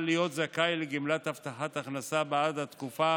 להיות זכאי לגמלת הבטחת הכנסה בעד התקופה